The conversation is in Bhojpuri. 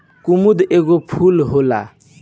कुमुद एगो फूल होला